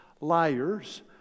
liars